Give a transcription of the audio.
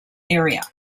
area